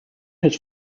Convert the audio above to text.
his